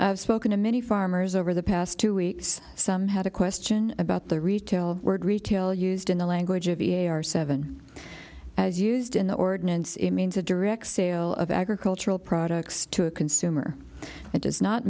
i've spoken to many farmers over the past two weeks some had a question about the retail word retail used in the language of e a r seven as used in the ordinance it means a direct sale of agricultural products to a consumer it does not